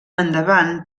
endavant